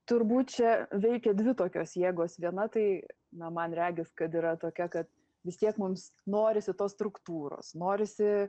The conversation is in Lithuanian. turbūt čia veikia dvi tokios jėgos viena tai na man regis kad yra tokia kad vis tiek mums norisi tos struktūros norisi